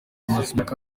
mazimpaka